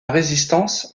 résistance